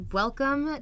welcome